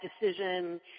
decision